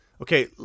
Okay